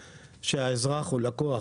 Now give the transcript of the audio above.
האזרח הוא לקוח,